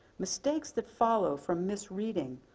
mistakes that follow from misreading,